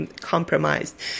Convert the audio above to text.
compromised